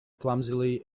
clumsily